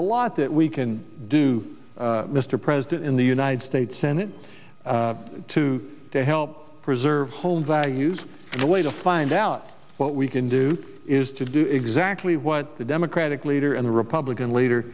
a lot that we can do mr president in the united states senate to help preserve home values and the way to find out what we can do is to do exactly what the democratic leader and the republican leader